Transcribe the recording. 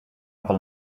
will